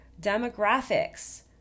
demographics